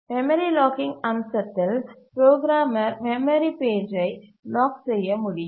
memory locking அம்சத்தில் programmer memory பேஜை lock செய்ய முடியும்